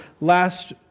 last